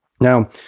Now